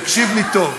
תקשיב לי טוב,